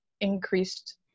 increased